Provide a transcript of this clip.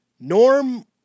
Norm